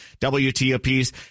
WTOP's